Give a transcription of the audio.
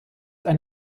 ein